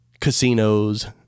casinos